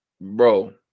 Bro